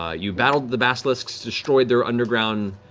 ah you battled the basilisks, destroyed their underground